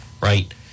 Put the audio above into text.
right